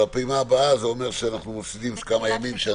אבל בפעימה הבאה זה אומר שאנחנו מפסידים כמה ימים,